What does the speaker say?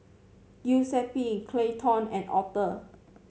Giuseppe Clayton and Arthor